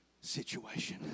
situation